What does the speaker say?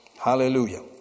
hallelujah